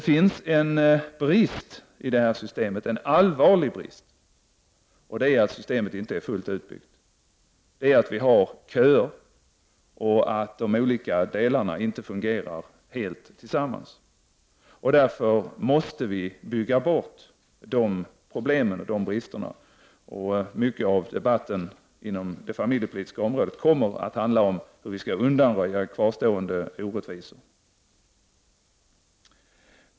Det finns en allvarlig brist i det här systemet, och det är att det inte är fullt utbyggt. Vi har köer, och de olika delarna fungerar inte helt tillsammans. De problemen och bristerna måste vi bygga bort, och mycket av debatten inom det familjepolitiska området kommer att handla om hur vi skall undanröja kvarstående orättvisor.